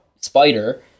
spider